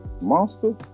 monster